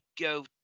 go